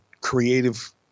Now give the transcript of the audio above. creative